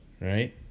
right